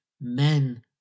men-